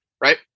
right